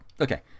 okay